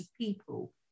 people